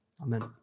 Amen